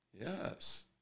Yes